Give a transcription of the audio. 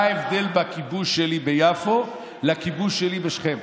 מה ההבדל בין הכיבוש שלי ביפו לכיבוש שלי בשכם?